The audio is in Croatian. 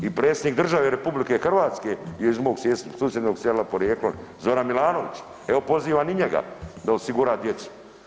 I predsjednik države RH je iz mog susjednog sela porijeklom, Zoran Milanović, evo pozivam i njega da osigura djeci.